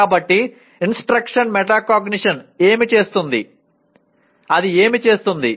కాబట్టి instruction metacognition ఏమి చేస్తుంది అది ఏమి చేస్తుంది